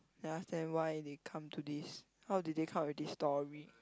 understand why they come to this how did they come with this story